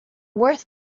worth